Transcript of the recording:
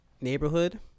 neighborhood